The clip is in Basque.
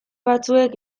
batzuek